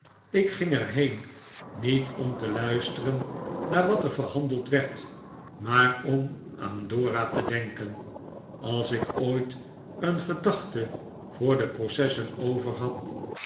ik ging er heen niet om te luisteren naar wat er verhandeld werd maar om aan dora te denken als ik ooit een'gedachte voor de processen overhad